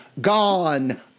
gone